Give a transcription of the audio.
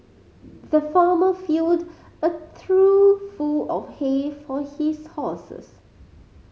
the farmer filled a trough full of hay for his horses